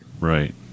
right